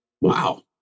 wow